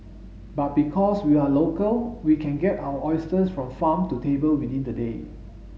but because we are local we can get our oysters from farm to table within the day